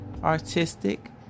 artistic